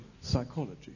psychology